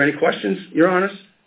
are there any questions your